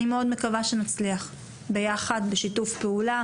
אני מאוד מקווה שנצליח ביחד בשיתוף פעולה.